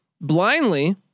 blindly